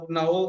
now